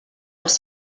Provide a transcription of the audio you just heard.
els